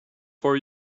for